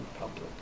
public